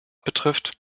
betrifft